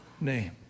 name